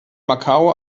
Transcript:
macau